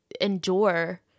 endure